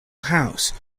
house